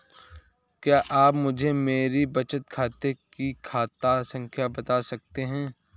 क्या आप मुझे मेरे बचत खाते की खाता संख्या बता सकते हैं?